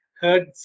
heard